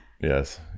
Yes